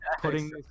putting